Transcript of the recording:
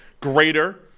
greater